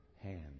hand